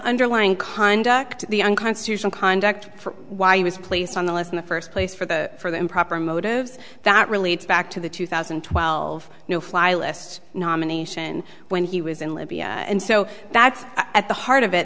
underlying conduct the unconstitutional conduct for why he was placed on the list in the first place for the for the improper motives that relates back to the two thousand and twelve no fly lists nomination when he was in libya and so that's at the heart of it